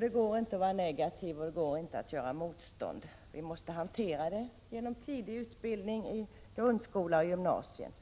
Det går inte att vara negativ eller att göra motstånd. Vi måste hantera frågan genom tidig utbildning i grundskolan och i gymnasiet.